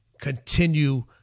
Continue